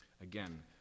Again